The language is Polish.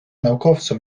naukowcom